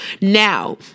Now